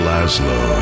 Laszlo